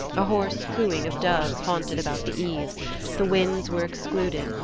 a hoarse cooing of doves haunted about the eaves the winds were excluded,